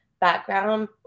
background